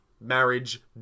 marriage